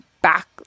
back